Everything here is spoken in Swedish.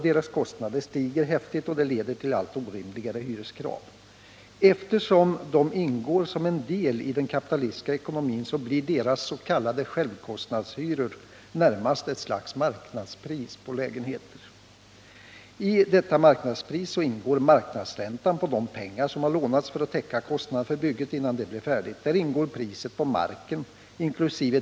Deras kostnader stiger kraftigt och leder till allt orimligare hyreskrav. Eftersom de ingår som en del i den kapitalistiska ekonomin blir deras s.k. självkostnadshyror närmast ett slags marknadspris på lägenheter. I detta marknadspris ingår marknadsräntan på de pengar som lånats för att täcka kostnader för bygget innan det är färdigt. Där ingår priset på marken inkl.